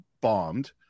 bombed